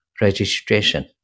registration